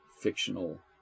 fictional